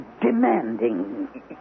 demanding